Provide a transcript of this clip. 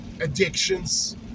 Addictions